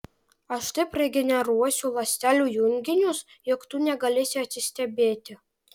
aš taip regeneruosiu ląstelių junginius jog tu negalėsi atsistebėti